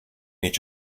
each